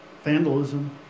Vandalism